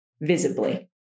visibly